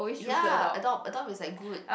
ya adopt adopt is like good